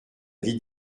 vie